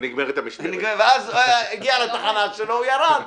ונגמרת המשמרת, ואז, הגיע לתחנה שלו, הוא ירד,